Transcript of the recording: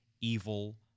evil